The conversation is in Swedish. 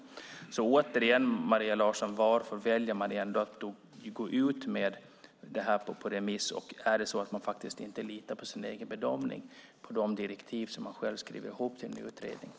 Återigen vill jag fråga dig, Maria Larsson: Varför väljer man att låta detta gå på remiss? Litar man inte på den bedömning man har gjort i de direktiv som man själv har gett utredningen?